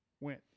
went